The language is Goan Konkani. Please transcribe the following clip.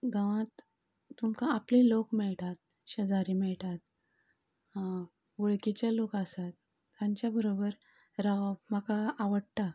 गांवांत तुमकां आपले लोक मेळटात शेजारी मेळटात वळखीचे लोक आसात तांच्या बरोबर रावप म्हाका आवडटा